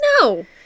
No